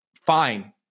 fine